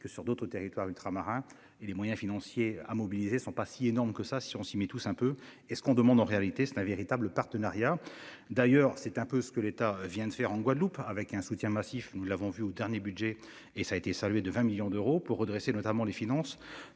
que sur d'autres territoires ultramarins et les moyens financiers à mobiliser sont pas si énormes que ça si on s'y met tous un peu et ce qu'on demande en réalité c'est un véritable partenariat, d'ailleurs c'est un peu ce que l'État vient de faire en Guadeloupe, avec un soutien massif. Nous l'avons vu au dernier budget et ça a été saluée de 20 millions d'euros pour redresser notamment les finances